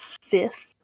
fifth